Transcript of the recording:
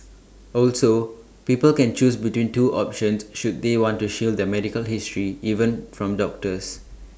also people can choose between two options should they want to shield their medical history even from doctors